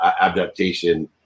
adaptation